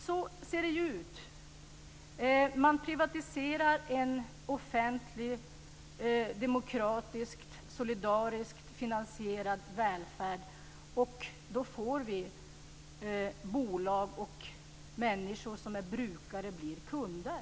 Så ser det ut. Man privatiserar en offentlig, demokratiskt och solidariskt finansierad välfärd. Då får vi bolag, och människor som är brukare blir kunder.